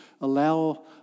allow